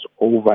over